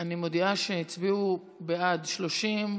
מס' 880,